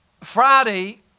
Friday